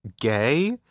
gay